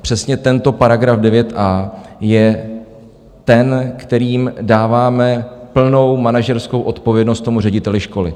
Přesně tento § 9a je ten, kterým dáváme plnou manažerskou odpovědnost řediteli školy.